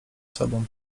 sobą